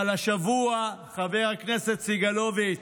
אבל השבוע, חבר הכנסת סגלוביץ',